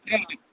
अँ